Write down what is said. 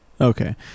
Okay